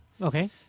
Okay